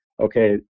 okay